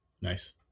Nice